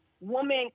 woman